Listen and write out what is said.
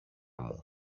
μου